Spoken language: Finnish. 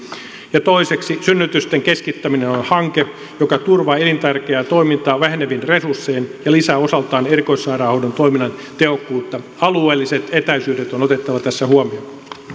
ja toiseksi synnytysten keskittäminen on hanke joka turvaa elintärkeää toimintaa vähenevin resurssein ja lisää osaltaan erikoissairaanhoidon toiminnan tehokkuutta alueelliset etäisyydet on otettava tässä huomioon kiitoksia